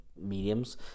mediums